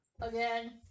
Again